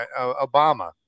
Obama